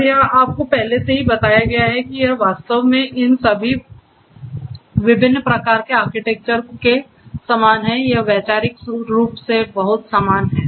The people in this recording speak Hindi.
और यह आपको पहले से ही बताया गया है और यह वास्तव में इन सभी विभिन्न प्रकार के आर्किटेक्चर के समान है यह वैचारिक रूप से बहुत समान हैं